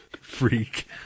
Freak